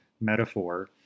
metaphor